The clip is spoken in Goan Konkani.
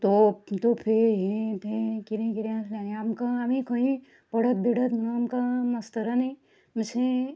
तोप तोपयो हें तें कितें कितें आसलें आनी आमकां आमी खंयी पडत बिडत म्हणोन आमकां मास्तरांनी मातशें